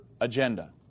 agenda